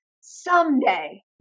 someday